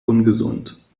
ungesund